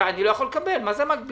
אני לא יכול לקבל כי מה זה מקבילים.